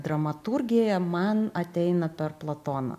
dramaturgija man ateina per platoną